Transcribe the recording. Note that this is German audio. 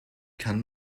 kann